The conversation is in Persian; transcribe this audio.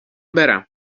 برم